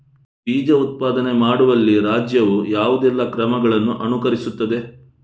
ಬೀಜ ಉತ್ಪಾದನೆ ಮಾಡುವಲ್ಲಿ ರಾಜ್ಯವು ಯಾವುದೆಲ್ಲ ಕ್ರಮಗಳನ್ನು ಅನುಕರಿಸುತ್ತದೆ?